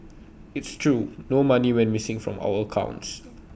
it's true no money went missing from our accounts